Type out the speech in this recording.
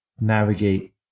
navigate